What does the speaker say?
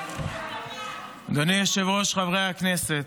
אדוני היושב-ראש, חברי הכנסת,